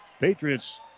Patriots